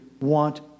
want